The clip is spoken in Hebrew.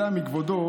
במחילה מכבודו,